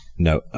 No